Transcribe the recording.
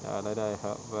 ya like that I help but